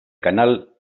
canal